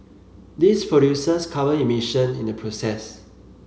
this produces carbon emission in the process